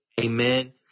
Amen